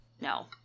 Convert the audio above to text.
no